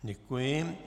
Děkuji.